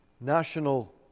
National